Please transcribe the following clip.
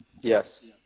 Yes